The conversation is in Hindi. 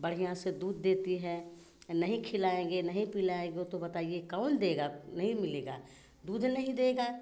बढ़िया से दूध देती है नहीं खिलाएँगे नहीं पिलाएँगे तो बताइए कौन देगा नहीं मिलेगा दूध नहीं देगा